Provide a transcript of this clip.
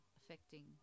affecting